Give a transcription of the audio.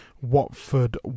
Watford